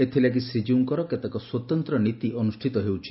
ଏଥଲାଗି ଶ୍ରୀକୀଉଙ୍କର କେତେକ ସ୍ୱତନ୍ତ ନୀତି ଅନୁଷ୍ବିତ ହେଉଛି